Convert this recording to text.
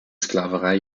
sklaverei